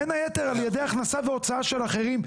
בין היתר על ידי הכנסה והוצאה של אחרים,